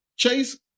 Chase